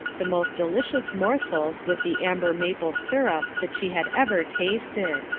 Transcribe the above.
the most delicious morsels, with the amber maple syrup, that she had ever tasted.